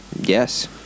Yes